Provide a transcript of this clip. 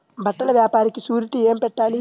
బట్టల వ్యాపారానికి షూరిటీ ఏమి పెట్టాలి?